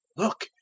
look,